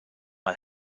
mal